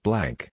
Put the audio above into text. Blank